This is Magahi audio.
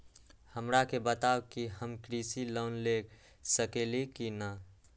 हमरा के बताव कि हम कृषि लोन ले सकेली की न?